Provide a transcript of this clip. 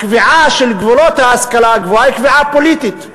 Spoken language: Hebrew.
הקביעה של גבולות ההשכלה הגבוהה היא קביעה פוליטית,